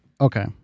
Okay